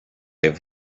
have